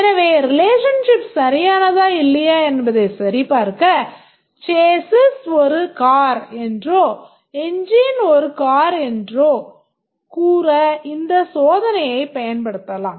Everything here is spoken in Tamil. எனவே relationship சரியானதா இல்லையா என்பதைச் சரிபார்க்க Chasis ஒரு கார் என்றோ என்ஜின் ஒரு கார் என்றோ கூற இந்த சோதனையைப் பயன்படுத்தலாம்